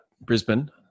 Brisbane